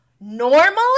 normally